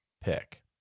pick